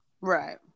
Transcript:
right